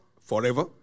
forever